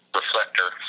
reflector